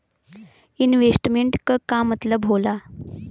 Investment क का मतलब हो ला?